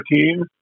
team